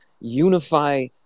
unify